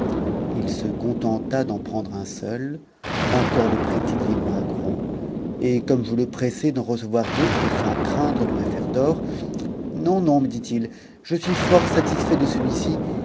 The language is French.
h se contenta d'en prendre un seul encore le prit i des moins gros et comme je le pressais d'en recevoir d'autres sans craindre de me faire tort non me dit-il je suis fort satisfait de celuici